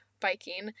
biking